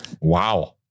Wow